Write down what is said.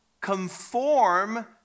conform